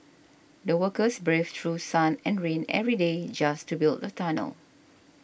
the workers braved through sun and rain every day just to build the tunnel